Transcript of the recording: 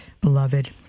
beloved